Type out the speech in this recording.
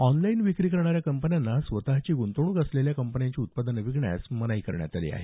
online विक्री करणाऱ्या कंपन्यांना स्वतची गृंतवणूक असलेल्या कंपन्यांची उत्पादनं विकण्यास मनाई करण्यात आली आहे